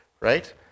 right